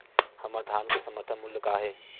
हमर धान के समर्थन मूल्य का हे?